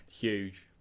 Huge